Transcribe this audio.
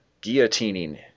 guillotining